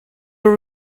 were